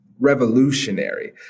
revolutionary